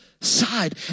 Side